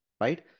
Right